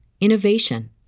innovation